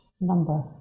number